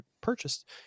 purchased